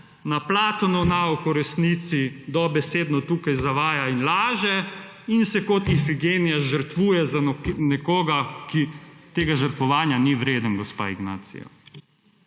na Platonov nauk v resnici dobesedno tukaj zavaja in laže in se kot Ifigenija žrtvuje za nekoga, ki tega žrtvovanja ni vreden gospa Ignacija.